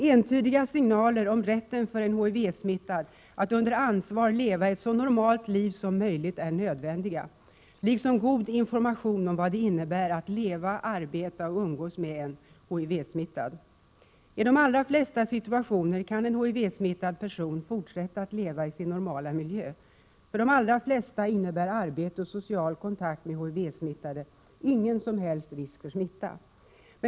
Entydiga signaler om rätten för den HIV-smittade att under ansvar leva ett så normalt liv som möjligt är nödvändiga, liksom en god information om vad det innebär att leva, arbeta och umgås med en HIV-smittad person. I de allra flesta situationer kan en HIV-smittad person fortsätta att leva i sin normala miljö. För de allra flesta innebär arbete och social kontakt med HIV-smittade ingen som helst risk för smitta.